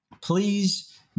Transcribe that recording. please